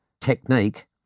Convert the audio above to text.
technique